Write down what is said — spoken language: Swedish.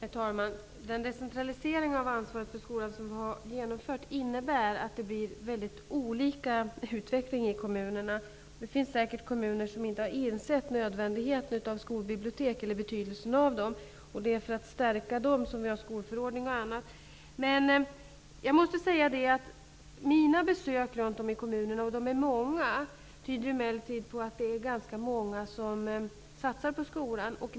Herr talman! Den decentralisering av ansvaret för skolan som har genomförts innebär att utvecklingen i kommunerna blir mycket olika. Det finns säkert kommuner som inte har insett nödvändigheten och betydelsen av skolbibliotek. Det är för att stärka dessa bibliotek som vi har skolförordningen och annat. Mina besök runt om i kommunerna -- och de besöken är många -- tyder emellertid på att ganska många kommuner satsar på skolan.